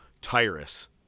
Tyrus